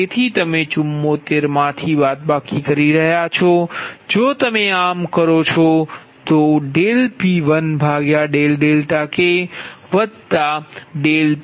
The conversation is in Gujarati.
તેથી તમે 74 માંથી બાદબાકી કરી રહ્યા છો જો તમે આમ કરો તોP1kP2k1 PLossPg2P3k1 PLossPg3Pmk1 PLossPgmPm1kPm2kPnk0